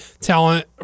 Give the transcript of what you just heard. talent